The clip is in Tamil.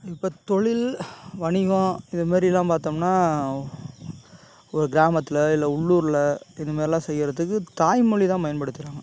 இப்போ தொழில் வணிகம் இதுமாரியெல்லாம் பார்த்தோம்னா ஒரு கிராமத்தில் இல்லை உள்ளூரில் இதுமாரிலாம் செய்யறதுக்கு தாய்மொழி தான் பயன்படுத்துறாங்க